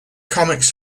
comics